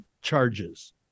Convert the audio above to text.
charges